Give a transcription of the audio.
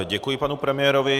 Děkuji, panu premiérovi.